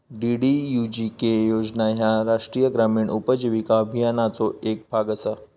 DDUGK योजना ह्या राष्ट्रीय ग्रामीण उपजीविका अभियानाचो येक भाग असा